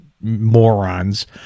morons